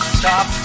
stop